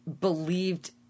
believed